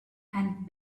and